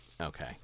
okay